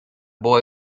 boy